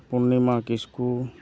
ᱯᱩᱱᱱᱤᱢᱟ ᱠᱤᱥᱠᱩ